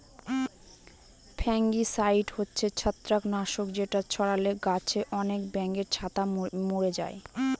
fungicide হচ্ছে ছত্রাক নাশক যেটা ছড়ালে গাছে আনেক ব্যাঙের ছাতা মোরে যায়